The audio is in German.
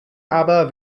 aber